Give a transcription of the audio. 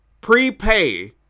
prepay